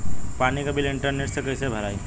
पानी के bill internet से कइसे भराई?